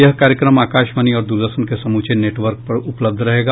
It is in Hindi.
यह कार्यक्रम आकाशवाणी और द्रदर्शन के समूचे नेटवर्क पर उपलब्ध रहेगा